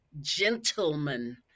gentlemen